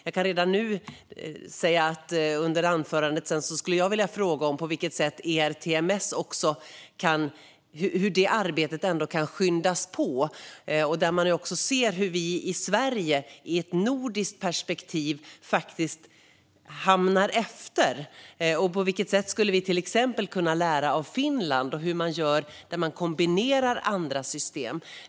Jag skulle vilja fråga på vilket sätt ert arbete med ERTMS kan skyndas på. Man ser hur vi i Sverige faktiskt hamnar efter i ett nordiskt perspektiv. Vi skulle till exempel kunna lära av Finland, där man kombinerar andra system.